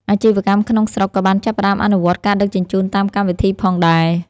អាជីវកម្មក្នុងស្រុកក៏បានចាប់ផ្ដើមអនុវត្តការដឹកជញ្ជូនតាមកម្មវិធីផងដែរ។